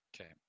Okay